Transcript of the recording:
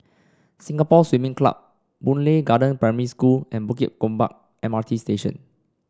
Singapore Swimming Club Boon Lay Garden Primary School and Bukit Gombak M R T Station